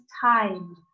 time